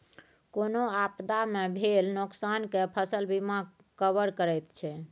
कोनो आपदा मे भेल नोकसान केँ फसल बीमा कवर करैत छै